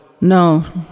No